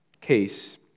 case